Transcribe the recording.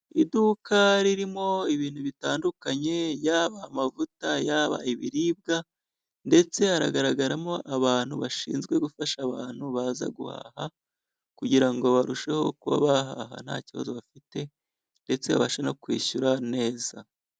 Iduka ririmo ibintu bitandukanye yaba amavuta, yaba ibiribwa ndetse hagaragaramo abantu bashinzwe gufasha abantu baza guhaha kugira ngo barusheho kuba baha nta kibazo bafite, ndetse babashe no kwishyura neza.